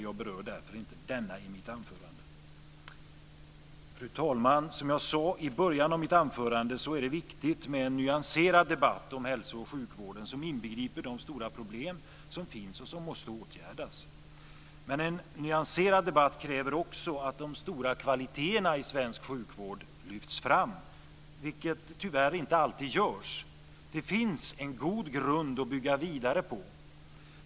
Jag berör därför inte denna i mitt anförande. Fru talman! Som jag sade i början av mitt anförande är det viktigt med en nyanserad debatt om hälso och sjukvården som inbegriper de stora problem som finns och som måste åtgärdas. Men en nyanserad debatt kräver också att de stora kvaliteterna i svensk sjukvård lyfts fram, vilket tyvärr inte alltid görs. Det finns en god grund att bygga vidare på.